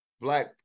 Black